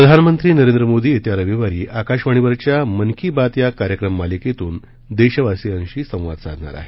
प्रधानमंत्री नरेंद्र मोदी येत्या रविवारी आकाशवाणीवरच्या मन की बात या कार्यक्रम मालिकेतून देशवासियांशी संवाद साधणार आहेत